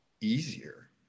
easier